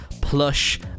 plush